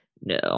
No